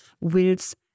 wills